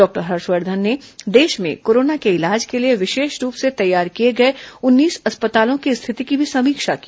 doctor Harshvardhan ने देश में कोरोना के इलाज के लिए विशेष रूप से तैयार किए गए उन्नीस अस्पतालों की स्थिति की भी समीक्षा की